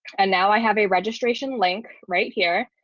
and now i have a registration link right here.